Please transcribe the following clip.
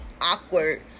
awkward